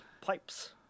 pipes